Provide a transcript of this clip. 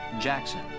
Jackson